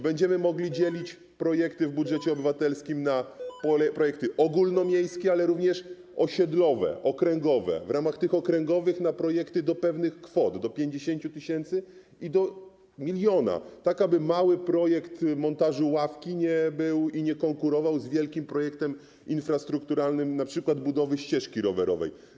Będziemy mogli dzielić projekty w budżecie obywatelskim na projekty ogólnomiejskie i osiedlowe, okręgowe, a w ramach tych okręgowych - na projekty do pewnych kwot, do 50 tys. i do 1 mln, tak aby mały projekt montażu ławki nie konkurował z wielkim projektem infrastrukturalnym, np. budową ścieżki rowerowej.